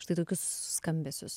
štai tokius skambesius